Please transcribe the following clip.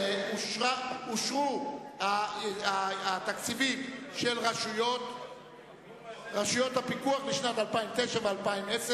אושרו התקציבים של רשויות הפיקוח לשנים 2009 ו-2010,